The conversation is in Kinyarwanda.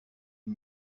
uyu